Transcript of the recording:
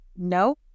no